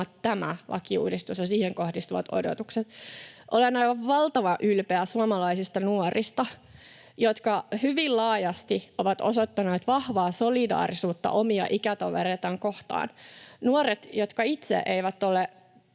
tämä lakiuudistus ja siihen kohdistuvat odotukset. Olen aivan valtavan ylpeä suomalaisista nuorista, jotka hyvin laajasti ovat osoittaneet vahvaa solidaarisuutta omia ikätovereitaan kohtaan. Nuoret, jotka itse eivät ole